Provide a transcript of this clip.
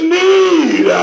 need